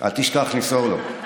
אל תשכח למסור לו.